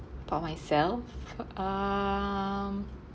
about myself um